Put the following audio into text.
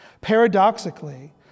Paradoxically